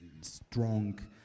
strong